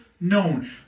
known